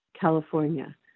California